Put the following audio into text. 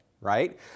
right